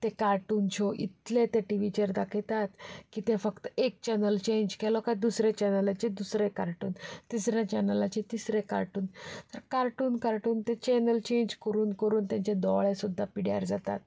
ते cartoon show इतले ते टी व्हीचेर दाखयतात की तुवें फक्त एक चॅनल चॅंज केलो काय दुसरे चॅनलाचेर दुसरें कार्टून तिसरे चॅनलाचेर तिसरें कार्टून कार्टून कार्टून तें चॅनल चॅंज करून करून तेंचे दोळे सुद्दा पिड्ड्यार जातात